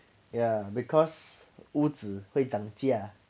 ya because 屋子会涨价